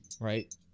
Right